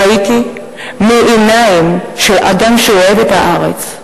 ראיתי בעיניים של אדם שאוהב את הארץ,